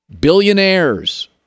Billionaires